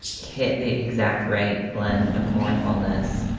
kit, the exact right blend of mournfulness,